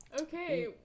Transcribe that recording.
okay